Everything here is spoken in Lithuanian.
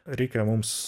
reikia mums